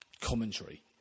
commentary